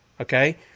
okay